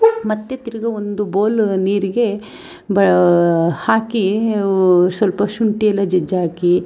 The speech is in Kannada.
ಮತ್ತು ತಿರ್ಗಿ ಒಂದು ಬೌಲ್ ನೀರಿಗೆ ಬ ಹಾಕಿ ಸ್ವಲ್ಪ ಶುಂಠಿಯೆಲ್ಲ ಜಜ್ಜಾಕಿ